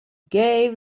gave